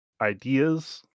ideas